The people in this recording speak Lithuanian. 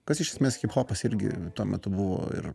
kas iš esmės hiphopas irgi tuo metu buvo ir